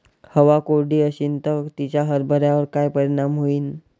हवा कोरडी अशीन त तिचा हरभऱ्यावर काय परिणाम होईन?